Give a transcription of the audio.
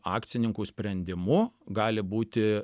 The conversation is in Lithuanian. akcininkų sprendimu gali būti